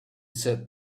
said